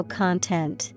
content